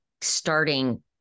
starting